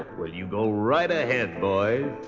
well you go right ahead boys.